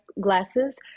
glasses